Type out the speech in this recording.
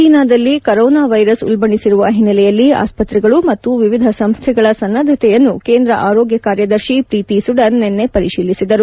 ಚೀನಾದಲ್ಲಿ corona virus ಉಲ್ಬಣಿಸಿರುವ ಹಿನ್ನೆಲೆಯಲ್ಲಿ ಆಸ್ವತ್ರೆಗಳು ಮತ್ತು ವಿವಿಧ ಸಂಸ್ಟೆಗಳ ಸನ್ನದ್ದತೆಯನ್ನು ಕೇಂದ್ರ ಆರೋಗ್ಯ ಕಾರ್ಯದರ್ಶಿ ಪ್ರೀತಿ ಸುಡನ್ ನಿನ್ನೆ ಪರಿಶೀಲಿಸಿದರು